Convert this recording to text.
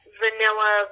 vanilla